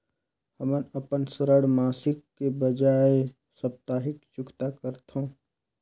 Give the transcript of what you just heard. हमन अपन ऋण मासिक के बजाय साप्ताहिक चुकता करथों